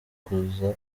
kuza